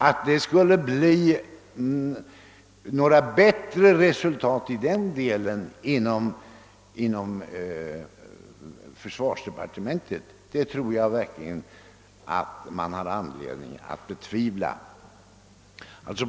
Att dei skulle bli några bättre resultat i den delen inom försvarsdepartementet har man anledning att betvivla.